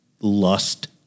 lust